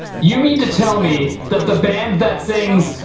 you mean to tell me that the band that sings,